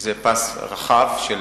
שזה פס רחב של